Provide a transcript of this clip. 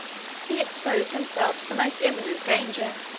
he exposed himself to the most imminent danger.